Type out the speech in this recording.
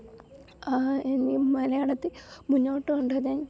ഇനിയും മലയാളത്തിൽ മുന്നോട്ട് കൊണ്ടു വരാൻ